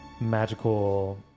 magical